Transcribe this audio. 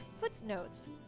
footnotes